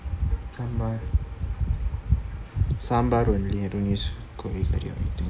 sambar sambar sambar only கோழிக்கறி:kolikkari